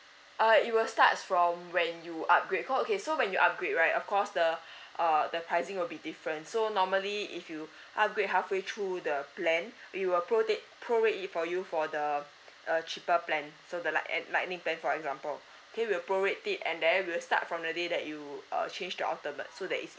uh it will starts from when you upgrade call okay so when you upgrade right of course the uh the pricing will be different so normally if you upgrade halfway through the plan we will prorate it for you for the uh cheaper plan so the light at lightning plan for example okay we'll pro rate it and then we'll start from the day that you err change to ultimate so that is